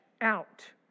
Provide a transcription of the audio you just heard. out